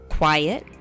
quiet